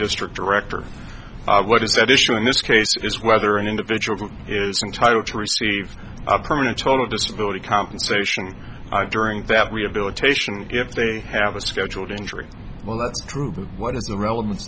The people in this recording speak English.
district director what is at issue in this case is whether an individual is entitled to receive a permanent total disability compensation during that we have dilatation if they have a scheduled injury well that's true but what is the relevance